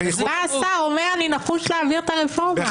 בא השר ואומר לי השר, אני נחוש להעביר את הרפורמה.